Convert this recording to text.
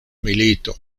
milito